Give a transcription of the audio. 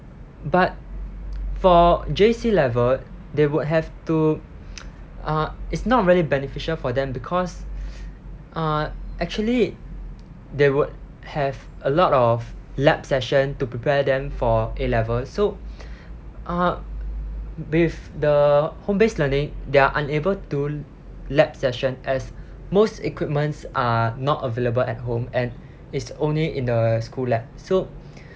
but for J_C level they would have to uh it's not really beneficial for them because uh actually they would have a lot of lab session to prepare them for A level so uh with the home-based learning they are unable to lab session as most equipments are not available at home and it's only in the school lab so